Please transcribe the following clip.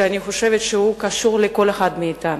שאני חושבת שהוא קשור לכל אחד מאתנו,